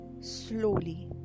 Slowly